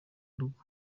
rugo